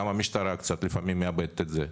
גם המשטרה קצת לפעמים מאבדת את זה.